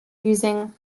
using